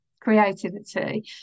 creativity